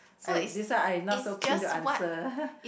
I this one I not so keen to answer